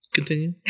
Continue